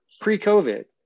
pre-COVID